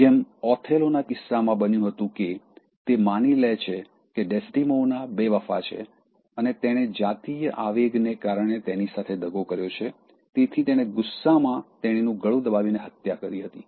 જેમ ઓથેલોના કિસ્સામાં બન્યું હતું કે તે માની લે છે કે ડેસ્ડિમોના બેવફા છે અને તેણે જાતીય આવેગના કારણે તેની સાથે દગો કર્યો છે તેથી તેણે ગુસ્સામાં તેણીનું ગળું દબાવીને હત્યા કરી હતી